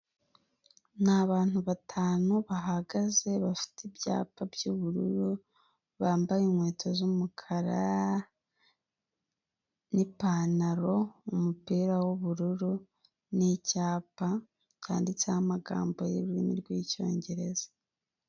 Ni abantu batanu bahagaze bafite ibyapa by'ubururu, bambaye inkweto z'umukara n'ipantaro, umupira w'ubururu n'icyapa cyanditseho amagambo y'ururimi rw'icyongereza.